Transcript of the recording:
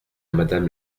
madame